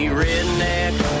redneck